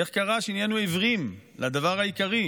איך קרה שנהיינו עיוורים לדבר העיקרי?